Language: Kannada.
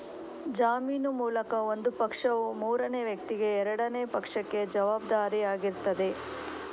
ಜಾಮೀನು ಮೂಲಕ ಒಂದು ಪಕ್ಷವು ಮೂರನೇ ವ್ಯಕ್ತಿಗೆ ಎರಡನೇ ಪಕ್ಷಕ್ಕೆ ಜವಾಬ್ದಾರಿ ಆಗಿರ್ತದೆ